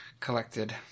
collected